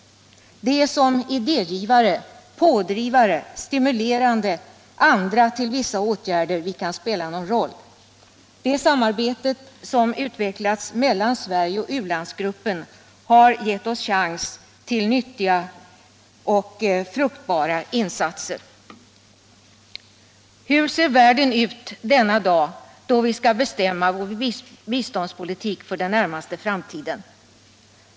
Det är som idégivare, pådrivare, stimulerande andra till vissa åtgärder vi kan spela någon roll. Det samarbete som utvecklats mellan Sverige och u-landsgruppen har gett oss chans till nyttiga och fruktbara insatser. Hur ser världen ut denna dag då vi skall bestämma vår biståndspolitik för den närmaste framtiden?